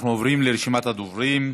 אנחנו עוברים לרשימת הדוברים: